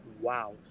wow